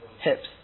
hips